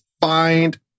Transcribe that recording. find